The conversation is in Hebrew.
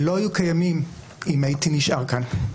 שלא היו קיימים אם הייתי נשאר כאן.